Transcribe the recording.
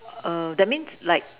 err that means like